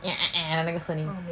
那个声音